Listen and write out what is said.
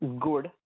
good